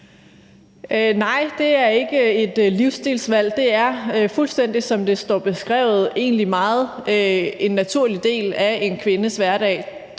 Nej, det er ikke et livsstilsvalg. Det er fuldstændig, som det står beskrevet, en naturlig del af en kvindes hverdag.